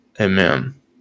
Amen